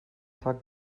tag